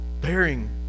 bearing